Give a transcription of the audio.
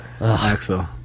Axel